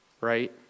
Right